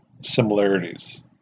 similarities